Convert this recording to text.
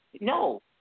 No